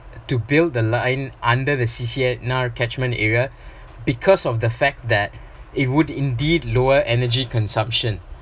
to build the line under the C_C_N_R catchment area because of the fact that it would indeed lower energy consumption